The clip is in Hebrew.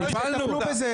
אז תטפלו בזה.